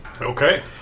Okay